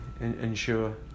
ensure